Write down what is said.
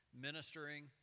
ministering